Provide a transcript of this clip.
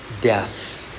death